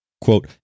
Quote